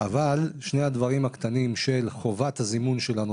אבל שני הדברים הקטנים של חובת הזימון שלנו